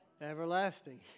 Everlasting